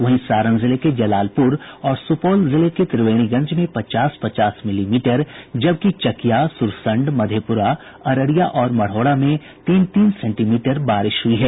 वहीं सारण जिले के जलालपुर और सुपौल जिले के त्रिवेणीगंज में पचास पचास मिलीमीटर जबकि चकिया सुरसंड मधेपुरा अररिया और मढ़ौरा में तीन तीन सेंटीमीटर बारिश हुई है